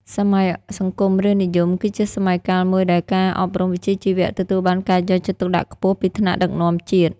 សម័យសង្គមរាស្ត្រនិយម គឺជាសម័យកាលមួយដែលការអប់រំវិជ្ជាជីវៈទទួលបានការយកចិត្តទុកដាក់ខ្ពស់ពីថ្នាក់ដឹកនាំជាតិ។